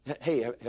Hey